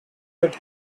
that